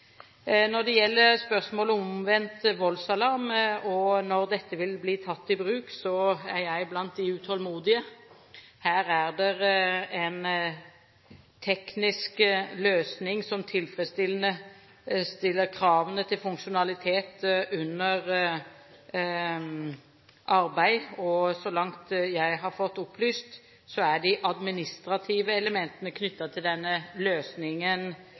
Når det gjelder spørsmålet om omvendt voldsalarm og når dette vil bli tatt i bruk, er jeg blant de utålmodige. Her er en teknisk løsning under arbeid som tilfredsstiller kravene til funksjonalitet. Og så langt jeg har fått opplyst, er de administrative elementene knyttet til denne løsningen